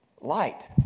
Light